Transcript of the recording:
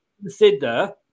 consider